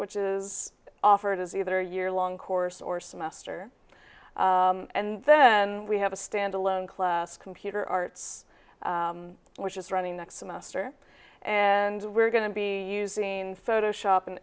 which is offered as either a year long course or semester and then we have a standalone class computer arts which is running next semester and we're going to be using photoshop and